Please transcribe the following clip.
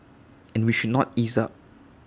and we should not ease up